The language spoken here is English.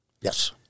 Yes